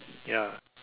ya